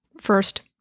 first